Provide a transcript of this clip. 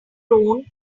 own